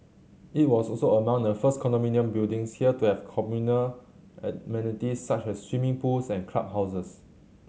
it was also among the first condominium buildings here to have communal amenities such as swimming pools and clubhouses